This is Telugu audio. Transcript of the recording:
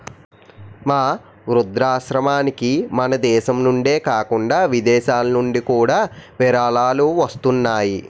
మా వృద్ధాశ్రమానికి మనదేశం నుండే కాకుండా విదేశాలనుండి కూడా విరాళాలు వస్తున్నాయి